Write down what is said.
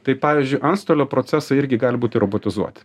tai pavyzdžiui antstolio procesai irgi gali būti robotizuoti